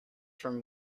from